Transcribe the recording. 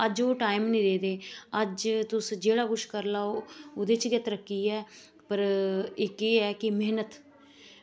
अज ओह् टैम निं रेह् दे अज तुस जेह्ड़ा कुछ करी लाओ ओह्दे च गै तरक्की ऐ पर इक एह् ऐ कि मैह्नत